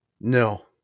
No